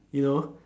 you know